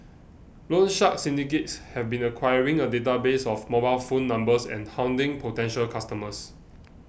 loan shark syndicates have been acquiring a database of mobile phone numbers and hounding potential customers